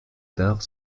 tard